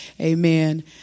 Amen